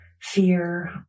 fear